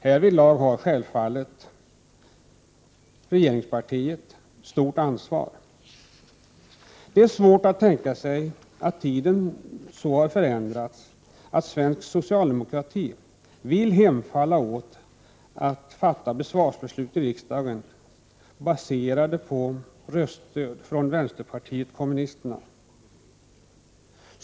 Härvidlag har självfallet regeringspartiet stort ansvar. Det är svårt att tänka sig att tiden så har förändrats att svensk socialdemokrati vill hemfalla åt att fatta försvarsbeslut i riksdagen, baserade på röststöd från vänsterpartiet kommunisterna.